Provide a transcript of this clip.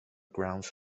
grounds